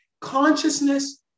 Consciousness